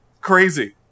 Crazy